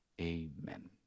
amen